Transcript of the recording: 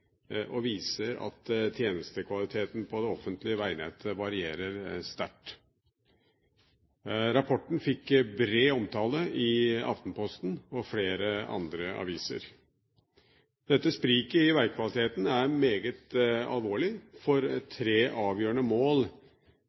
og viser at tjenestekvaliteten på det offentlige veinettet varierer sterkt. Rapporten fikk bred omtale i Aftenposten og flere andre aviser. Dette spriket i veikvaliteten er meget alvorlig for tre avgjørende mål